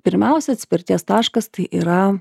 pirmiausia atspirties taškas tai yra